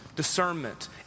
Discernment